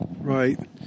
Right